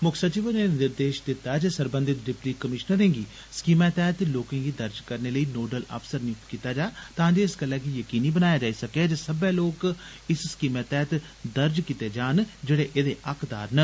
मुक्ख सचिव होरें निर्देश दित्ता जे सरबंघत डिप्टी कमीश्नरें गी स्कीमै तैहत लोकें गी दर्ज करने लेई नोडल अफसर नियुक्त कीत्ता जा तां जे इस गल्लै यकीनी बनाया जाई सकै जे ओ सब्बै लोक इस स्कीमै तैहत दर्ज कीत्ते जान जेड़े एदे हक्कदार न